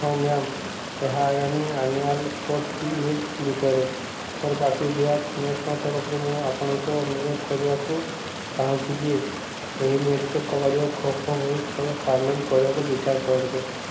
ହଁ ମ୍ୟାମ୍ ଏହା ଆଗାମୀ ଆନୁଆଲ୍ ସ୍ପୋର୍ଟ୍ସ୍ ମିଟ୍ ବିଷୟରେ ମୋର ବାକି ବ୍ୟାଚ୍ ମେଟ୍ଙ୍କ ତରଫରୁ ମୁଁ ଆପଣଙ୍କୁ ଅନୁରୋଧ କରିବାକୁ ଚାହୁଁଛି ଯେ ଏହି ମିଟ୍ରେ କବାଡ଼ି ଓ ଖୋ ଖୋ ଭଳି ଖେଳ ସାମିଲ କରିବାକୁ ବିଚାର କରନ୍ତୁ